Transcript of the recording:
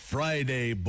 Friday